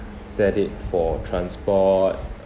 set it for transport